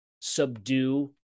subdue